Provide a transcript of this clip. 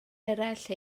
eraill